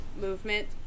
movement